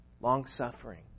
long-suffering